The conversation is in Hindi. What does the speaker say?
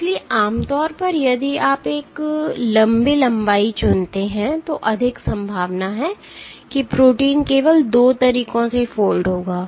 इसलिए आमतौर पर यदि आप एक लंबी लंबाई चुनते हैं तो अधिक संभावना है कि प्रोटीन केवल 2 तरीकों से फोल्ड होगा